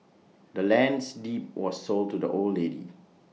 the land's deed was sold to the old lady